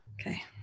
Okay